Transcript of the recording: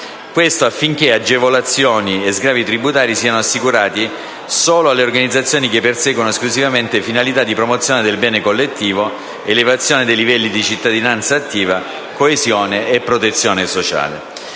Questo, affinché agevolazioni e sgravi tributari siano assicurati solo alle organizzazioni che perseguono esclusivamente finalità di promozione del bene collettivo, elevazione dei livelli di cittadinanza attiva, coesione e protezione sociale.